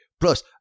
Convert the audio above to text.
Plus